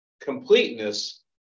completeness